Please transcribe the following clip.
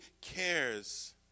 cares